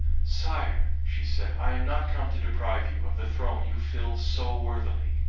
sire, she said, i am not come to deprive you of the throne you fill so worthily.